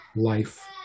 life